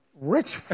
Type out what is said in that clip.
rich